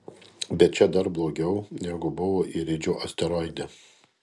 bet čia dar blogiau negu buvo iridžio asteroide